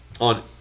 On